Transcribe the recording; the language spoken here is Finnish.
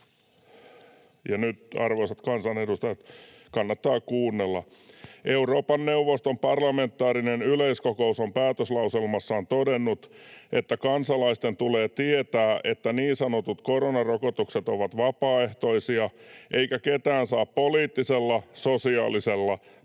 Ja nyt, arvoisat kansanedustajat, kannattaa kuunnella: Euroopan neuvoston parlamentaarinen yleiskokous on päätöslauselmassaan todennut, että kansalaisten tulee tietää, että niin sanotut koronarokotukset ovat vapaaehtoisia eikä ketään saa poliittisella, sosiaalisella tai